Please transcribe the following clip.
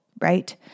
right